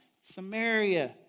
Samaria